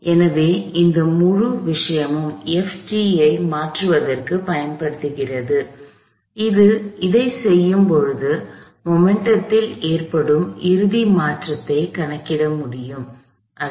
எனவே அந்த முழு விஷயமும் F ஐ மாற்றுவதற்குப் பயன்படுகிறது அதைச் செய்யும்போது மொமெண்ட்டத்தில் ஏற்படும் இறுதி மாற்றத்தைக் கணக்கிட முடியும் அதாவது m